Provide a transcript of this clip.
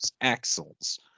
axles